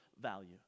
value